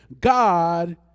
God